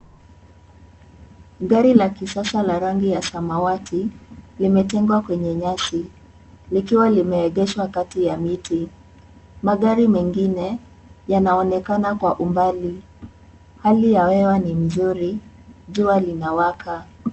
Gari la kisasa la rangi ya samawati limetengwa kwenye nyasi likiwa limeegshwa kati ya miti. Magari mengine yanaonekana kwa umbali. Hali ya hewa ni nzuri, Jua linawaka.